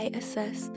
assess